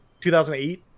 2008